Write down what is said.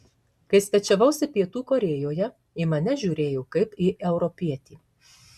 kai svečiavausi pietų korėjoje į mane žiūrėjo kaip į europietį